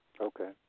Okay